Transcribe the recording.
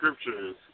scriptures